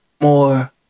more